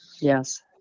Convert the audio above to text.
Yes